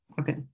Okay